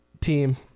team